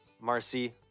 Marcy